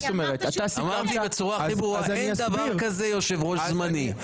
אמרתי בצורה הכי ברורה: אין דבר כזה יושב-ראש זמני.